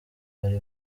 ari